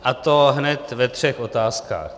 A to hned ve třech otázkách.